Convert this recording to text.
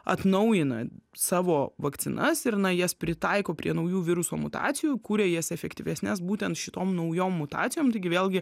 atnaujina savo vakcinas ir na jas pritaiko prie naujų viruso mutacijų kuria jas efektyvesnes būtent šitom naujom mutacijom taigi vėlgi